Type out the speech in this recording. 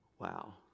Wow